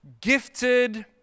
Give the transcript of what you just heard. gifted